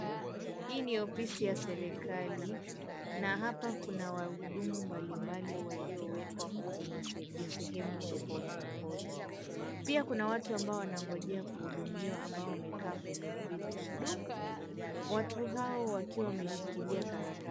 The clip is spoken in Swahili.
Hii ni ofisi ya serikali na hapa kuna wahudumu mbalimbali waliowekwa kwenye sehemu tofauti tofauti. Pia kuna watu ambao wanangojea kuhudumiwa ambao wamekaa kwenye viti, watu hao wakiwa wameshikilia karatasi.